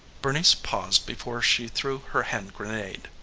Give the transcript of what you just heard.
bernice paused before she threw her hand-grenade.